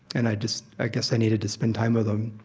and i just i guess i needed to spend time with him.